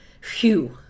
phew